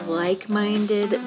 like-minded